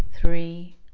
three